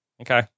Okay